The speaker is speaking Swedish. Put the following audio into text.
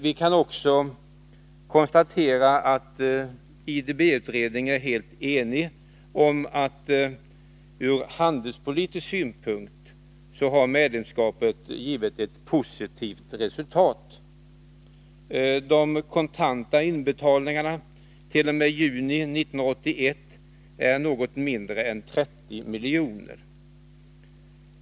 Vi kan också konstatera att IDB-utredningen är helt enig om att medlemskapet ur handelspolitisk synpunkt har givit ett positivt resultat. De kontanta inbetalningarnat.o.m. juni 1981 är något mindre än 30 milj.kr.